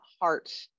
heart